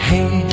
Hey